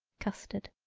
custard.